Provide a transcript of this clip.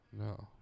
No